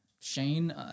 Shane